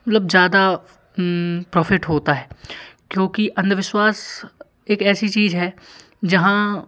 मतलब ज़्यादा प्रॉफ़िट होता है क्योंकि अंधविश्वास एक ऐसी चीज़ है जहाँ